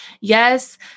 yes